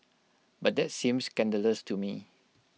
but that seems scandalous to me